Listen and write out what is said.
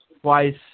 twice